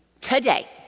today